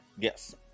Yes